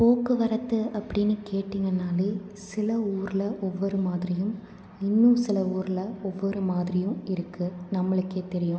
போக்குவரத்து அப்படின்னு கேட்டிங்கனாலே சில ஊரில் ஒவ்வொரு மாதிரியும் இன்னும் சில ஊரில் ஒவ்வொரு மாதிரியும் இருக்கு நம்மளுக்கே தெரியும்